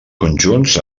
conjunts